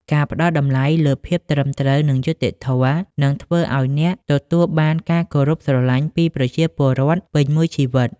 ការផ្តល់តម្លៃលើភាពត្រឹមត្រូវ និងយុត្តិធម៌ នឹងធ្វើឱ្យអ្នកទទួលបានការគោរពស្រឡាញ់ពីប្រជាពលរដ្ឋពេញមួយជីវិត។